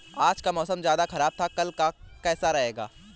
आज का मौसम ज्यादा ख़राब था कल का कैसा रहेगा?